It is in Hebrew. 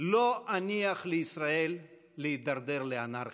לא אניח לישראל להידרדר לאנרכיה.